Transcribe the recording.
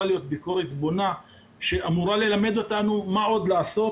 להיות ביקורת בונה שאמורה ללמד אותנו מה עוד לעשות